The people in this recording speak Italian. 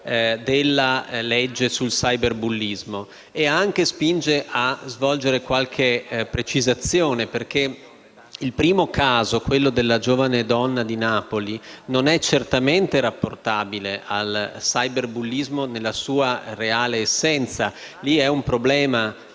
della legge sul cyberbullismo e spinge a svolgere anche qualche precisazione perché il primo caso, quello della giovane donna di Napoli, non è certamente rapportabile al cyberbullismo nella sua reale essenza. Vi è un problema